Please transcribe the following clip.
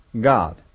God